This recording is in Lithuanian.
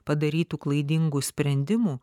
padarytų klaidingų sprendimų